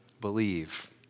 believe